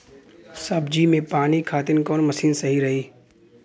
सब्जी में पानी खातिन कवन मशीन सही रही?